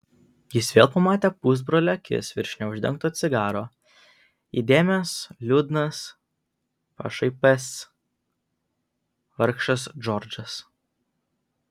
jis vėl pamatė pusbrolio akis virš neuždegto cigaro įdėmias liūdnas pašaipias vargšas džordžas